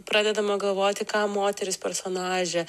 pradedama galvoti ką moteris personažė